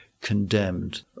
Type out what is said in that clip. condemned